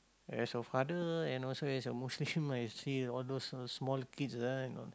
as a father and also as a Muslim I see all those so small kids ah you know